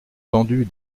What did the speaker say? tendue